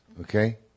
okay